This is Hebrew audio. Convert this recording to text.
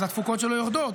התפוקות שלו יורדות,